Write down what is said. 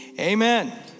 Amen